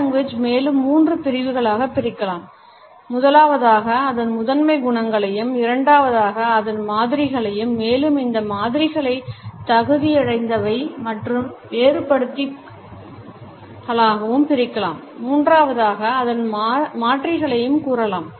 Paralanguage மேலும் மூன்று பிரிவுகளாக பிரிக்கலாம் முதலாவதாக அதன் முதன்மை குணங்களையும் இரண்டாவதாக அதன் மாதிரிகளையும் மேலும் இந்த மாதிரிகளைத் தகுதியடைந்தவை மற்றும் வேறுபடுத்திகளாகவும் பிரிக்கலாம் மூன்றாவதாக அதன் மாற்றிகளையும் கூறலாம்